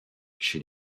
chez